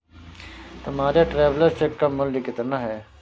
तुम्हारे travellers cheque का मूल्य कितना है?